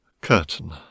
Curtain